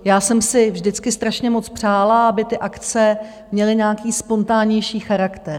Já jsem si vždycky strašně moc přála, aby ty akce měly nějaký spontánnější charakter.